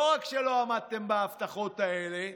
לא רק שלא עמדתם בהבטחות האלה,